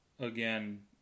Again